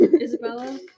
Isabella